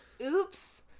Oops